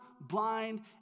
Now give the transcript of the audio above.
blind